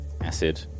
Acid